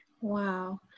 Wow